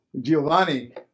Giovanni